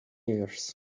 years